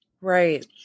Right